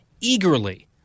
eagerly